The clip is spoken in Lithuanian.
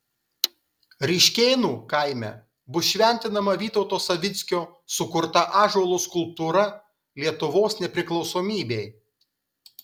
ryškėnų kaime bus šventinama vytauto savickio sukurta ąžuolo skulptūra lietuvos nepriklausomybei